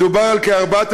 מדובר על כ-4,500